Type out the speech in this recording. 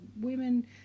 women